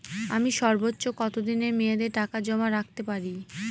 আমি সর্বোচ্চ কতদিনের মেয়াদে টাকা জমা রাখতে পারি?